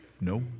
No